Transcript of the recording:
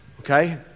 okay